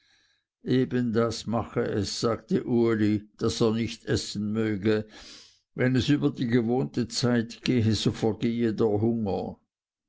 eben das mache es sagte uli daß er nicht essen möge wenn es über die gewohnte zeit gehe so vergehe der hunger